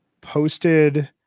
posted